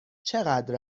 چقدر